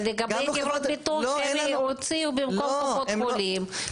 אבל לגבי חברות ביטוח שהם הוציאו במקום קופות חולים,